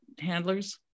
handlers